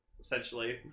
Essentially